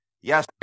Yes